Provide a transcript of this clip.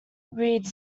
reads